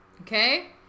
Okay